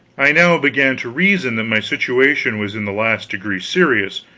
i now began to reason that my situation was in the last degree serious,